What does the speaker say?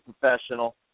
professional